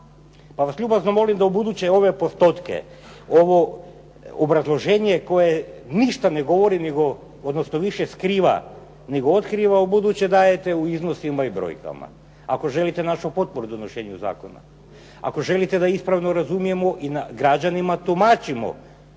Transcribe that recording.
Pa vas ljubazno molim da ubuduće ove postotke, ovo obrazloženje koje ništa ne govori, nego više skriva nego otkriva, ubuduće dajte u iznosima i brojkama. Ako želite našu potporu u donošenju zakon, ako želite da ispravno razumijemo i da građanima tumačimo